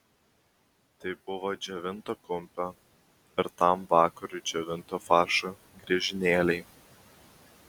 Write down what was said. tai buvo džiovinto kumpio ir tam vakarui džiovinto faršo griežinėliai